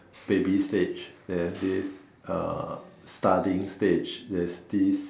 baby stage there's this uh studying stage there's this